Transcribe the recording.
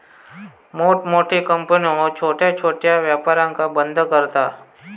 मोठमोठे कंपन्यो छोट्या छोट्या व्यापारांका बंद करता